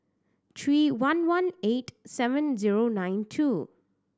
three one one eight seven zero nine two